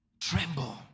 Tremble